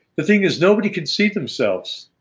the thing is nobody could see themselves.